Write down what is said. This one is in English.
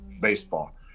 baseball